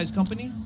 company